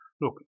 Look